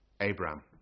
Abraham